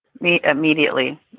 Immediately